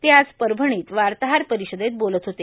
ते आज परभणीत वार्ताहर परिषदेत बोलत होते